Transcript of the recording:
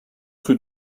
rue